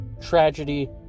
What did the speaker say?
tragedy